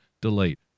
Delete